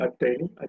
attaining